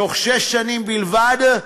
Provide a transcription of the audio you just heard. תוך שש שנים בלבד,